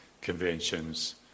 conventions